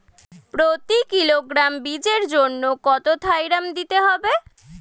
প্রতি কিলোগ্রাম বীজের জন্য কত থাইরাম দিতে হবে?